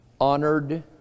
honored